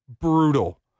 brutal